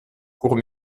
courts